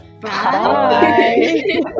Bye